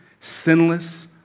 sinless